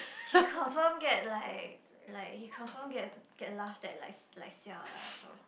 he confirm get like like he confirm get get laughed at like like siao lah so